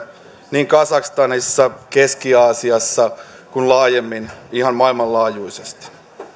niin kazakstanissa keski aasiassa kuin laajemminkin ihan maailmanlaajuisesti